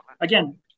again